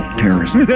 terrorism